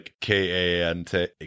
k-a-n-t